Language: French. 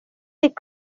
les